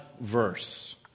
verse